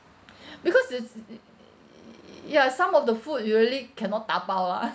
because it's err ya some of the food you really cannot dapao ah